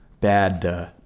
bad